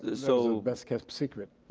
so best kept secret.